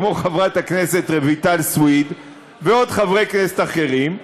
כמו חברת הכנסת רויטל סויד וחברי כנסת אחרים,